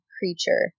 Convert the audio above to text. creature